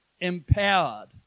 empowered